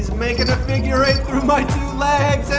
making a figure eight through my